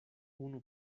unu